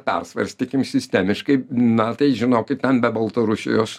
persvarstykim sistemiškai na tai žinokit ten be baltarusijos